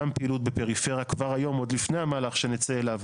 גם פעילות בפריפריה כבר היום עוד לפני המהלך שנצא אליו,